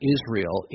Israel